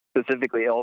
specifically